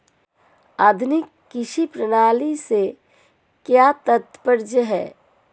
आधुनिक कृषि प्रणाली से क्या तात्पर्य है?